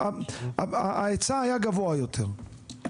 ההיצע היה גבוה יותר.